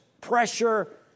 Pressure